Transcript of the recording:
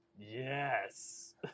Yes